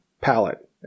palette